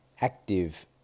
active